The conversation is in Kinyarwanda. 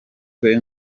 twe